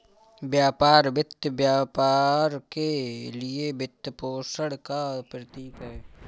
व्यापार वित्त व्यापार के लिए वित्तपोषण का प्रतीक है